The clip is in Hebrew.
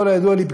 ככל הידוע לי,